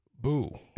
boo